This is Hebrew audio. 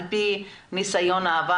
על פי ניסיון העבר?